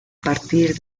partir